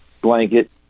blanket